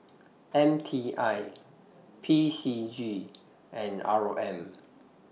M T I P C G and R O M